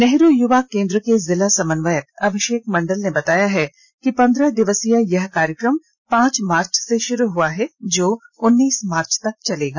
नेहरू युवा केंद्र के जिला समन्वयक अभिषेक मंडल ने बताया कि पंद्रह दिवसीय यह कार्यक्रम पांच मार्च से शुरू हुआ है जो उन्नीस मार्च तक चलेगा